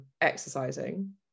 exercising